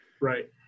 Right